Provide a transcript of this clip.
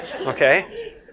okay